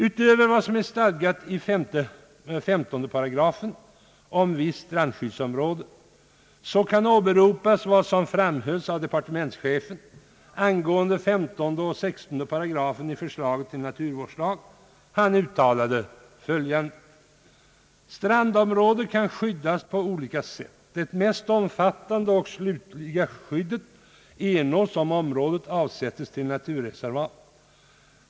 Utöver vad som är stadgat i 15 § om visst strandskyddsområde kan åberopas vad departementschefen framhöll angående 15 och 16 88 i förslaget till naturvårdslag. Han = uttalade följande: »Strandområden kan skyddas på olika sätt. Det mest omfattande och slutliga skyddet ernås, om området avsättes till naturreservat.